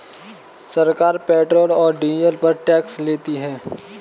सरकार पेट्रोल और डीजल पर टैक्स लेती है